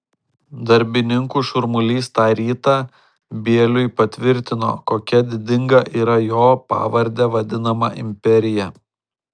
darbininkų šurmulys tą rytą bieliui patvirtino kokia didinga yra jo pavarde vadinama imperija